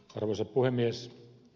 arvoisa puhemies